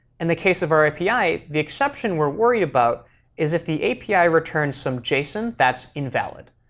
and the case of our api, the exception we're worried about is if the api returns some json that's invalid.